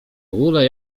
ogóle